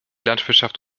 landwirtschaft